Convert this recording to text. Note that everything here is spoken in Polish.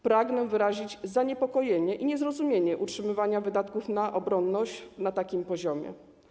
Pragnę wyrazić zaniepokojenie - i niezrozumienie - utrzymywaniem wydatków na obronność na takim poziomie.